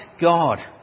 God